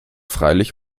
freilich